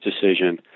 decision